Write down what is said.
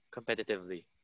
competitively